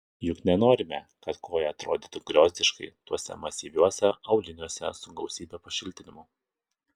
juk nenorime kad koja atrodytų griozdiškai tuose masyviuose auliniuose su gausybe pašiltinimų